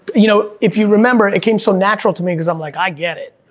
you know, if you remember it came so natural to me, because i'm like, i get it.